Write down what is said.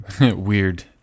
weird